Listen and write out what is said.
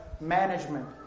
management